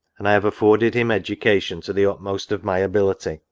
and i have afforded him education to the utmost of my ability,